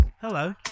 Hello